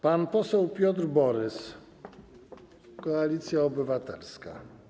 Pan poseł Piotr Borys, Koalicja Obywatelska.